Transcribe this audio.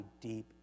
deep